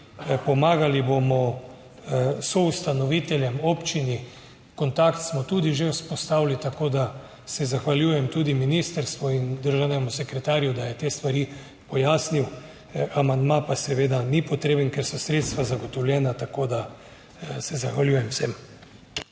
Pomagali bomo soustanoviteljem občin, kontakt smo tudi že vzpostavili, tako da se zahvaljujem tudi ministrstvu in državnemu sekretarju, da je te stvari pojasnil. Amandma pa seveda ni potreben, ker so sredstva zagotovljena, tako da se zahvaljujem vsem.